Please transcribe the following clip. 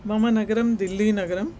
मम नगरं दिल्ली नगरं